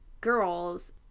girls